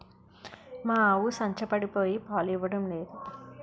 మా ఆవు సంచపడిపోయి పాలు ఇవ్వడం నేదు